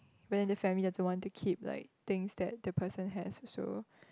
but then the family doesn't want to keep like things that the person has also